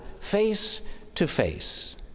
face-to-face